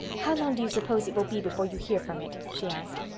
how long do you suppose it will be before you hear from it? she asked.